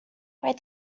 where